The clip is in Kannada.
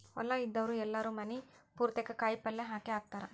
ಹೊಲಾ ಇದ್ದಾವ್ರು ಎಲ್ಲಾರೂ ಮನಿ ಪುರ್ತೇಕ ಕಾಯಪಲ್ಯ ಹಾಕೇಹಾಕತಾರ